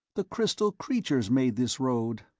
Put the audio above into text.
the crystal creatures made this road,